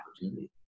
opportunity